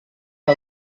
que